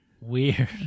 Weird